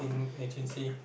agency